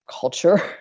culture